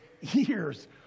years